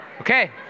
Okay